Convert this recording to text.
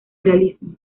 realismo